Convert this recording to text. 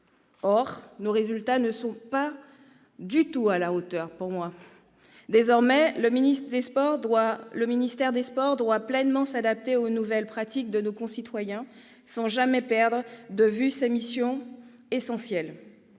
Or nos résultats ne sont pas toujours à la hauteur, et même ils n'y sont pas du tout. Désormais, le ministère des sports doit pleinement s'adapter aux nouvelles pratiques de nos concitoyens, sans jamais perdre de vue ses missions essentielles